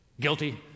guilty